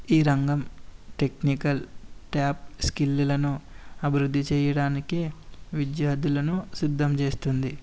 ఈ రంగం technical tab skill లను అభివృద్ధి చేయడానికి విద్యార్థులను సిద్ధం చేస్తుంది